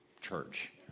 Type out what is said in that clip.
church